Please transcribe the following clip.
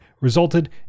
resulted